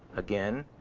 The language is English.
again,